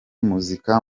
muzika